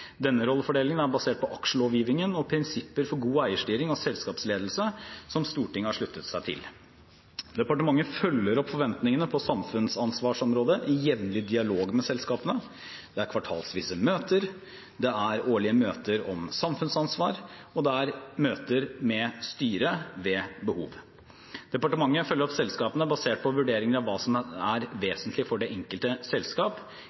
Denne rollefordelingen er basert på aksjelovgivningen og prinsipper for god eierstyring og selskapsledelse, som Stortinget har sluttet seg til. Departementet følger opp forventningene på samfunnsansvarsområdet i jevnlig dialog med selskapene. Det er kvartalsvise møter, det er årlige møter om samfunnsansvar, og det er møter med styret ved behov. Departementet følger opp selskapene basert på vurderinger av hva som er vesentlig for det enkelte selskap.